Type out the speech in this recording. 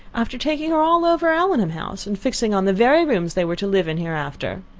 after taking her all over allenham house, and fixing on the very rooms they were to live in hereafter!